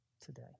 today